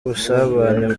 ubusabane